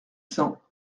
cents